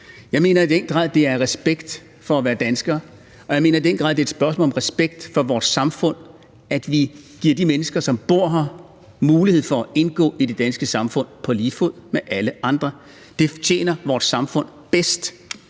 Jeg mener i den grad, det er respekt for det at være dansker, og jeg mener i den grad, det er et spørgsmål om respekt for vores samfund, at vi giver de mennesker, som bor her, mulighed for at indgå i det danske samfund på lige fod med alle andre. Det tjener vores samfund bedst.